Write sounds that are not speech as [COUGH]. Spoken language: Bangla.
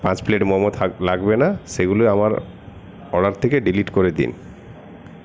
পাঁচ প্লেট মোমো [UNINTELLIGIBLE] লাগবে না সেগুলি আমার অর্ডার থেকে ডিলিট করে দিন